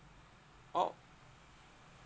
!wow!